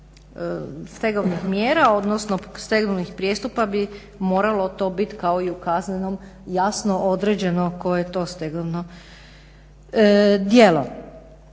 stegovnih mjera, odnosno stegovnih prijestupa bi moralo to biti kao i u kaznenom jasno određeno koje je to stegovno djelo.